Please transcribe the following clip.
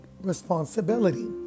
responsibility